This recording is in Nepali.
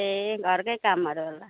ए घरकै कामहरू होला